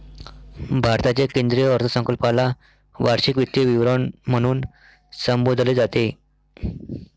भारताच्या केंद्रीय अर्थसंकल्पाला वार्षिक वित्तीय विवरण म्हणून संबोधले जाते